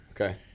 okay